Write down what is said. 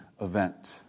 event